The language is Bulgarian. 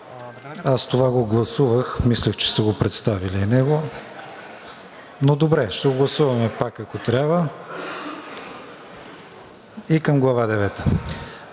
Аз това го гласувах. Мислех, че сте го представили. Но добре, ще го гласуваме пак, ако трябва. И Глава